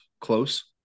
close